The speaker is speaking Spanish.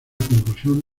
conclusión